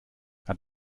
hat